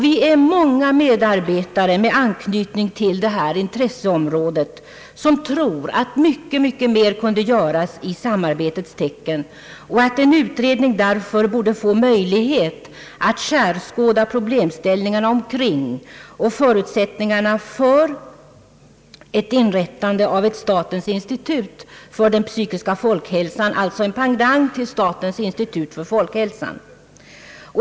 Vi är många medarbetare med anknytning till detta intresseområde, som tror att mycket mer kunde göras i samarbetets tecken och att en utredning därför borde få möjlighet att skärskåda problemställningarna omkring och förutsättningarna för ett inrättande av ett statens institut för den psykiska folkhälsan, alltså en pendang till statens institut för folkhälsan.